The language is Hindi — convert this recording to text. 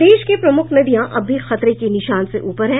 प्रदेश की प्रमुख नदियां अभी भी खतरे के निशान से ऊपर है